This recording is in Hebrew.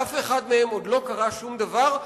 לאף אחד מהם עוד לא קרה שום דבר,